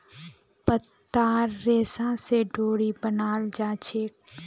पत्तार रेशा स डोरी बनाल जाछेक